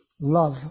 love